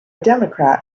democrat